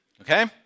Okay